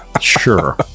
Sure